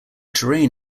terrain